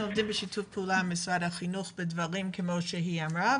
אנחנו עובדים בשיתוף פעולה עם משרד החינוך בדברים כמו שהיא אמרה,